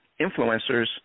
influencers